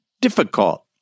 difficult